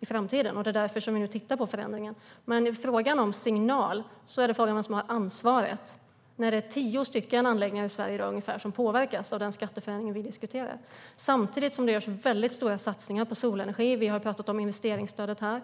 i framtiden, och det är därför som vi nu tittar på förändringen. Men i frågan om signal är frågan vem som har ansvaret när det i dag är ungefär tio anläggningar i Sverige som påverkas av den skatteförändring vi diskuterar, samtidigt som det görs väldigt stora satsningar på solenergi. Vi har pratat om investeringsstödet här.